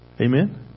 Amen